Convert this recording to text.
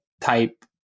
type